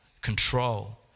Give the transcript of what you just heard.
control